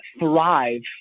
thrive